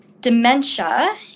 Dementia